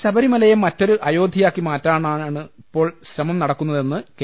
ശബരിമലയെ മറ്റൊരു അയോധ്യയാക്കി മാറ്റാനാണ് ഇപ്പോൾ ശ്രമം നടക്കുന്നതെന്ന് കെ